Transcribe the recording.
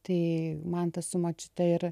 tai mantas su močiute ir